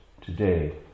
today